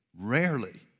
rarely